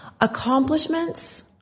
Accomplishments